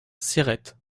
céret